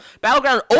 Battleground